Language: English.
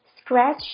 scratch